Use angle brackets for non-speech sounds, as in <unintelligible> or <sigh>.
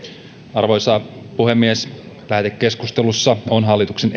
arvoisa puhemies lähetekeskustelussa on hallituksen <unintelligible>